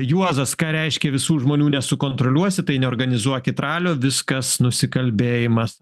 juozas ką reiškia visų žmonių nesukontroliuosi tai neorganizuokit ralio viskas nusikalbėjimas